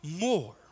more